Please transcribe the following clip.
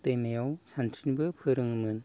दैमायाव सानस्रिनोबो फोरोङोमोन